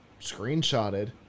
screenshotted